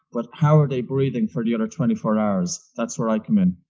but how are they breathing for the other twenty four hours? that's where i come in